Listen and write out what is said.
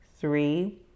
Three